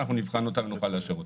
ואנחנו נבחן אותה ונוכל לאשר אותה.